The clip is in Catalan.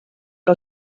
que